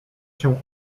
się